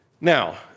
Now